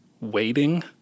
waiting